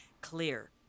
clear